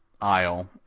aisle